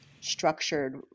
structured